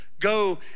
go